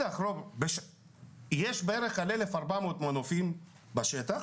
יש בערך 1,400 מנופים בשטח,